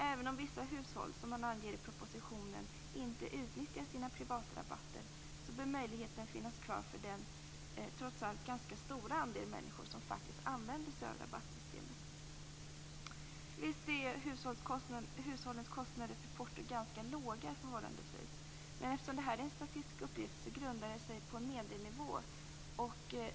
Även om vissa hushåll, som anges i propositionen, inte utnyttjar sina privatrabatter bör den möjligheten finnas kvar för den trots allt ganska stora andel av människorna som faktiskt använder sig av rabattsystemet. Visst är hushållens kostnader för porto förhållandevis låga. Men eftersom det rör sig om en statistisk uppgift grundas det hela på en medelnivå.